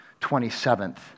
27th